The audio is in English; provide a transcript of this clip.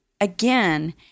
again